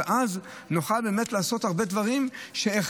ואז נוכל באמת לעשות הרבה דברים שהם